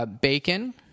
bacon